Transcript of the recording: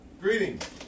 Greetings